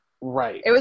Right